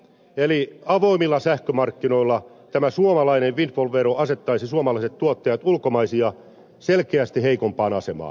eli avoimilla sähkömarkkinoilla tämä suomalainen windfall vero asettaisi suomalaiset tuottajat ulkomaisia selkeästi heikompaan asemaan